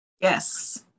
Yes